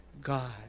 God